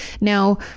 Now